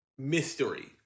mystery